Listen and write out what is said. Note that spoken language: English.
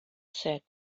said